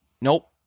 Nope